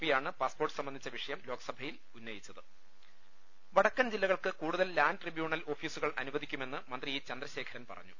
P യാണ് passport സംബന്ധിച്ച വിഷയം ലോക്സഭയിൽ ഉന്നയിച്ചത് വടക്കൻ ജില്ലകൾക്ക് കൂടുതൽ ലാന്റ്ട്രിബൂണൽ ഓഫിസുകൾ അനുവദിക്കുമെന്ന് മന്ത്രി ഇ ചന്ദ്രശേഖരൻ പറഞ്ഞു